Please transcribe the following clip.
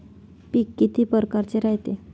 पिकं किती परकारचे रायते?